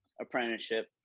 apprenticeship